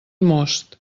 most